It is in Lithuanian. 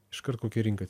iškart kokia rinka